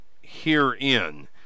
herein